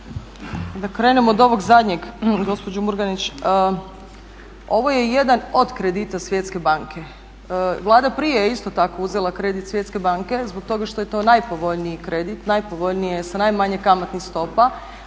Da krenem od ovog zadnjeg, gospođo Murganić ovo je jedan od kredita Svjetske banke. Vlada prije je isto tako uzela kredit Svjetske banke zbog toga što je to najpovoljniji kredit, najpovoljnije sa najmanje kamatnih stopa.